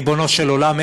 ריבונו של עולם,